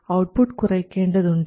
output കുറയ്ക്കേണ്ടതുണ്ട്